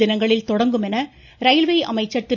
தினங்களில் தொடங்கும் என்று ரயில்வே அமைச்சர் திரு